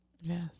Yes